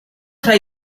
tra